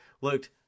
looked